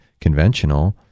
conventional